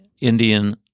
Indian –